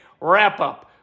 wrap-up